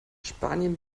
spanien